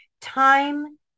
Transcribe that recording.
time